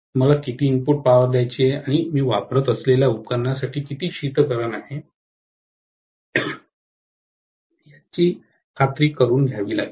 मला किती input power द्यायची आहे आणि मी वापरत असलेल्या उपकरणांसाठी किती शीतकरण आहे याची खात्री करून घ्यावी लागेल